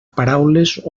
paraules